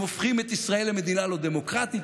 הם הופכים את ישראל למדינה לא דמוקרטית,